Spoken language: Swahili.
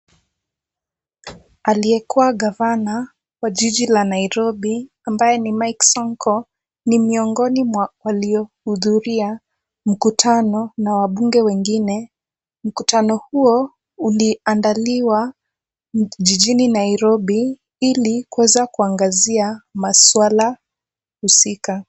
Aliyekuwa gavana kwa jiji la Nairobi, ambaye ni Mike Sonko ni miongoni mwa waliohudhuria mkutano na wabunge wengine. Mkutano huo uliandaliwa jijini Nairobi ili kuweza kuangazia masuala husika.